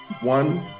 one